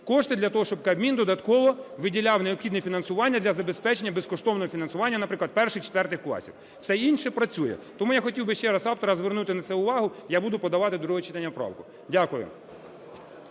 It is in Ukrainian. кошти для того, щоб Кабмін додатково виділяв необхідне фінансування для забезпечення безкоштовного харчування, наприклад, 1-4 класів. Все інше працює. Тому я хотів би ще раз автора звернути на це увагу, я буду подавати до другого читання правку. Дякую.